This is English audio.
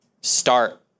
start